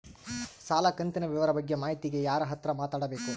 ಸಾಲ ಕಂತಿನ ವಿವರ ಬಗ್ಗೆ ಮಾಹಿತಿಗೆ ಯಾರ ಹತ್ರ ಮಾತಾಡಬೇಕು?